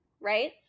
right